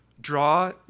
draw